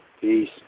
Peace